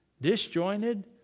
Disjointed